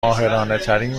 ماهرانهترین